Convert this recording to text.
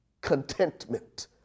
contentment